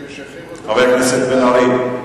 חבר הכנסת בן-ארי.